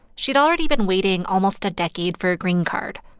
she'd already been waiting almost a decade for a green card.